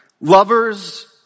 Lovers